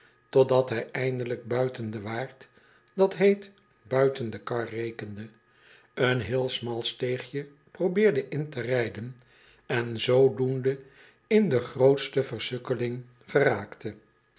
totdat hij eindelyk buiten den waard dat heet buiten de kar rekende een heel smal steegje probeerde in te rijden en zoodoende in de grootste versukkeling geraakte